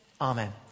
Amen